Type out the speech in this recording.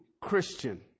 Christian